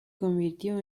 convirtió